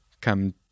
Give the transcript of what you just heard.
come